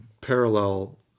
parallel